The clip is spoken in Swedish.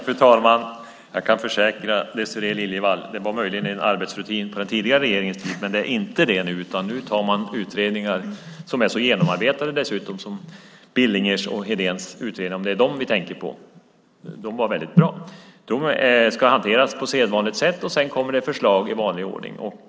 Fru talman! Jag kan lugna Désirée Liljevall. Det var möjligen en arbetsrutin på den tidigare regeringens tid. Det är inte det nu. Utredningar som Billingers och Hedéns, om det är dem vi tänker på, är genomarbetade och bra. De ska hanteras på sedvanligt sätt. Sedan kommer det förslag i vanlig ordning.